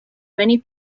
many